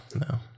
no